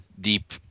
deep